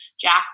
Jack